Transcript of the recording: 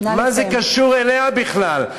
מה זה קשור אליה בכלל?